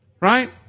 Right